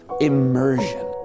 Immersion